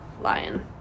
lion